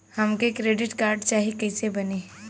हमके credit card चाही कैसे बनी?